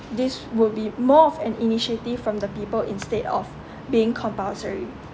this would be more of an initiative from the people instead of being compulsory